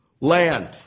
Land